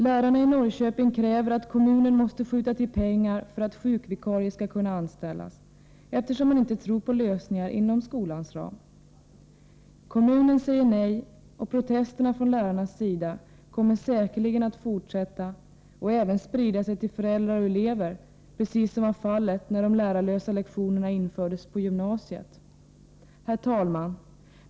Lärarna i Norrköping kräver att kommunen skall skjuta till pengar för att sjukvikarier skall kunna anställas, eftersom man inte tror på lösningar inom skolans ram. Kommunen säger nej, och protesterna från lärarnas sida kommer säkerligen att fortsätta och även sprida sig till föräldrar och elever — precis som fallet var när de lärarlösa lektionerna infördes på gymnasiet. Herr talman!